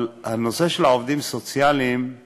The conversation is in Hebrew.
אבל הנושא של העובדים הסוציאליים הוא